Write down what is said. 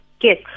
Yes